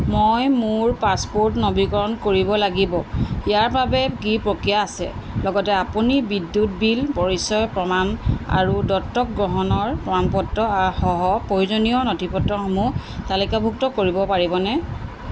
মই মোৰ পাছপোৰ্ট নৱীকৰণ কৰিব লাগিব ইয়াৰ বাবে কি প্ৰক্ৰিয়া আছে লগতে আপুনি বিদ্যুৎ বিল পৰিচয় প্ৰমাণ আৰু দত্তক গ্ৰহণৰ প্ৰমাণপত্ৰ সহ প্ৰয়োজনীয় নথিপত্ৰসমূহ তালিকাভুক্ত কৰিব পাৰিবনে